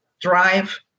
drive